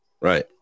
Right